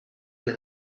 las